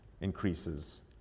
increases